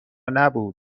نبود